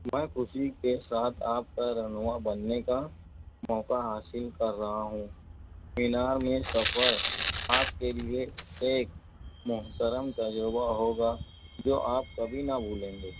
میں خوشی کے ساتھ آپ کا رہنما بننے کا موقع حاصل کر رہا ہوں مینار میں سفر آپ کے لیے ایک محترم تجربہ ہوگا جو آپ کبھی نہ بھولیں گے